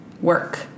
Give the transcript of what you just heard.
work